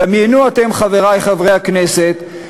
דמיינו אתם, חברי חברי הכנסת,